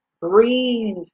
Breathe